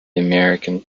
american